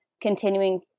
continuing